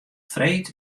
freed